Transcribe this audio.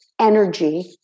energy